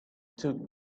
took